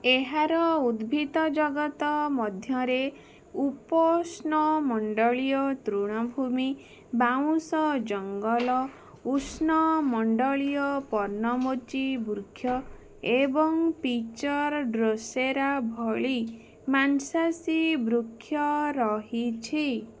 ଏହାର ଉଦ୍ଭିଦ ଜଗତ ମଧ୍ୟରେ ଉପୋଷ୍ଣ ମଣ୍ଡଳୀୟ ତୃଣଭୂମି ବାଉଁଶ ଜଙ୍ଗଲ ଉଷ୍ଣମଣ୍ଡଳୀୟ ପର୍ଣ୍ଣମୋଚୀ ବୃକ୍ଷ ଏବଂ ପିଚର ଡ୍ରୋସେରା ଭଳି ମାଂସାଶୀ ବୃକ୍ଷ ରହିଛି